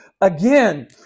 again